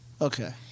Okay